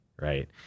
right